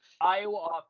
Iowa